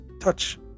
touch